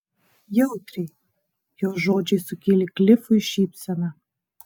jautriai jos žodžiai sukėlė klifui šypseną